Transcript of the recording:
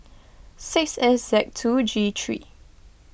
six S Z two G three